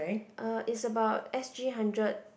uh it's about S_G hundred